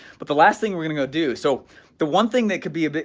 but the last thing we're going to go do. so the one thing that could be a bit,